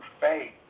faith